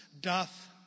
doth